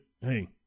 hey